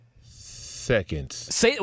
seconds